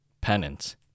penance